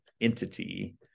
entity